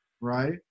right